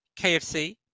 KFC